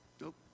Nope